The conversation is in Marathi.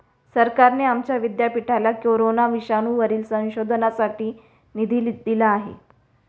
सरकारने आमच्या विद्यापीठाला कोरोना विषाणूवरील संशोधनासाठी निधी दिला आहे